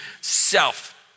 self